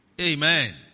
Amen